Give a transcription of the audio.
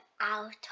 out